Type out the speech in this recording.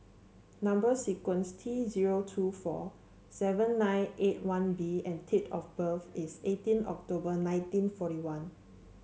number sequence is T zero two four seven nine eight one B and date of birth is eighteen October nineteen forty one